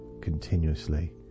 continuously